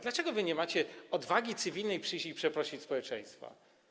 Dlaczego wy nie macie odwagi cywilnej, by przyjść i przeprosić społeczeństwo?